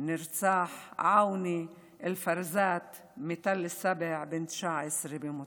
נרצח עוני אלפרזאת מתל שבע, בן 19 במותו.